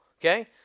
Okay